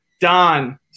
Don